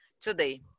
today